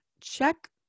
Check